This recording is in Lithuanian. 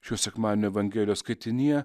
šio sekmadienio evangelijos skaitinyje